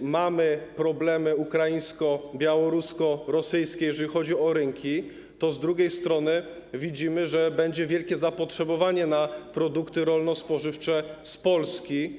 mamy problemy ukraińsko-białorusko-rosyjskie, jeżeli chodzi o rynki, a z drugiej strony widzimy, że będzie wielkie zapotrzebowanie na produkty rolno-spożywcze z Polski.